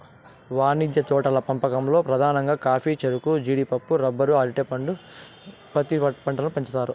వాణిజ్య తోటల పెంపకంలో పధానంగా కాఫీ, చెరకు, జీడిపప్పు, రబ్బరు, అరటి పండు, పత్తి పంటలను పెంచుతారు